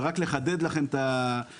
ורק לחדד לכם את הסיפור,